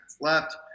left